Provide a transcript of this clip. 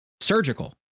surgical